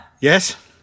Yes